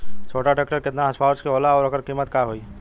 छोटा ट्रेक्टर केतने हॉर्सपावर के होला और ओकर कीमत का होई?